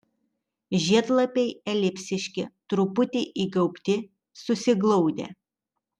žiedlapiai elipsiški truputį įgaubti susiglaudę